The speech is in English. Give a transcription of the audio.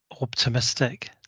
optimistic